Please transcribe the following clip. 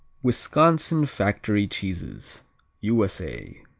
wisconsin factory cheeses u s a.